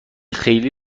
خیلی